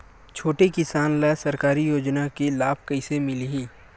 छोटे किसान ला सरकारी योजना के लाभ कइसे मिलही?